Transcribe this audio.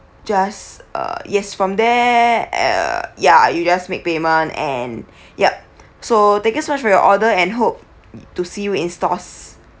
just uh yes from there err ya you just make payment and yup so thank you so much your order and hope to see you in stores